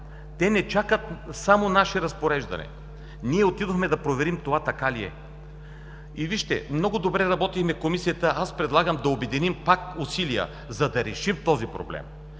Те не чакат само наше разпореждане. Ние отидохме да проверим това така ли е. Вижте, много добре работим в Комисията. Аз предлагам да обединим пак усилия, за да решим този проблем.